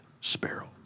sparrow